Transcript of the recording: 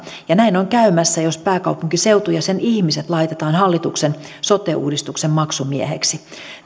ja näin on käymässä jos pääkaupunkiseutu ja sen ihmiset laitetaan hallituksen sote uudistuksen maksumieheksi